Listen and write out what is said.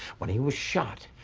when he was shot,